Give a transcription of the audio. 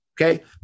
Okay